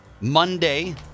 Monday